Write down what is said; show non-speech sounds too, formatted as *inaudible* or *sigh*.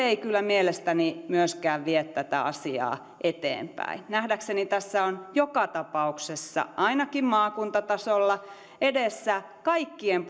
*unintelligible* ei kyllä mielestäni myöskään vie tätä asiaa eteenpäin nähdäkseni tässä on joka tapauksessa ainakin maakuntatasolla edessä kaikkien *unintelligible*